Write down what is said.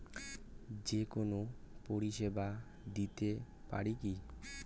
যে কোনো পরিষেবা দিতে পারি কি?